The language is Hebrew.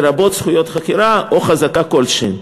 לרבות זכויות חכירה או חזקה כלשהי.